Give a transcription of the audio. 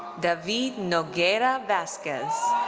david nogeuria vazquez.